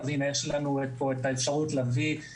אני שמח שיש לנו את האפשרות בפניכם,